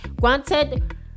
granted